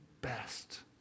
best